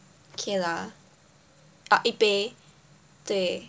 kay lah 啊一杯对